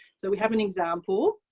so we have an example.